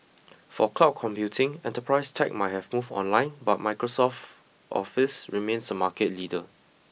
for cloud computing enterprise tech might have moved online but Microsoft Office remains a market leader